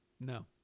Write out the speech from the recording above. No